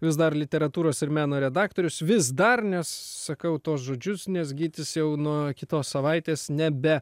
vis dar literatūros ir meno redaktorius vis dar nes sakau tuos žodžius nes gytis jau nuo kitos savaitės nebe